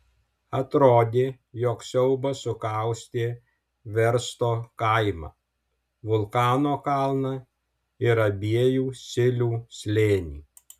atrodė jog siaubas sukaustė versto kaimą vulkano kalną ir abiejų silių slėnį